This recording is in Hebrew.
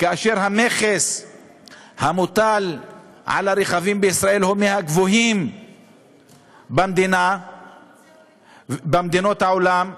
כאשר המכס המוטל הוא מהגבוהים במדינות העולם.